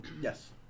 Yes